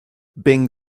bing